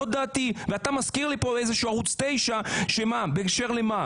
אתה מזכיר לי כאן את ערוץ 9, בהקשר למה?